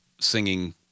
singing